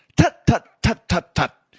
tut, tut, tut, tut, tut!